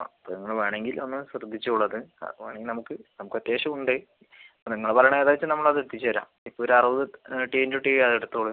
അപ്പം നിങ്ങൾ വേണമെങ്കിൽ അങ്ങനെ ശ്രദ്ധിച്ചോളൂ അത് ആ വേണേ നമുക്ക് നമുക്ക് അത്യാവശ്യം ഉണ്ട് ഇപ്പോൾ നിങ്ങൾ പറയുന്ന ഏതാ വെച്ചാൽ നമ്മൾ അത് എത്തിച്ചു തരാം ഇപ്പം ഒരു അറുപത് ടി ഇൻടു ടി അത് എടുത്തോളൂ